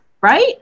right